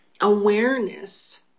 awareness